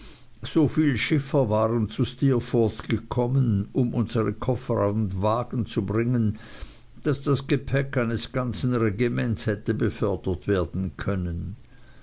so viel schiffer waren zu steerforth gekommen um unsere koffer an den wagen zu bringen daß das gepäck eines ganzen regiments hätte befördert werden können